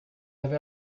avait